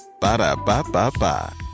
Ba-da-ba-ba-ba